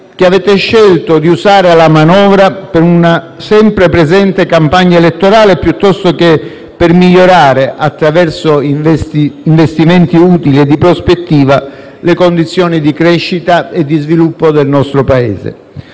che avete scelto di usare la manovra per una sempre presente campagna elettorale piuttosto che per migliorare, attraverso investimenti utili e di prospettiva, le condizioni di crescita e di sviluppo del nostro Paese.